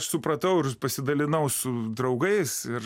supratau ir pasidalinau su draugais ir